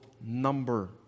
number